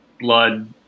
blood